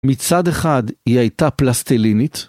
מצד אחד היא הייתה פלסטלינית.